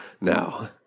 now